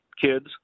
kids